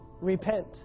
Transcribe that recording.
Repent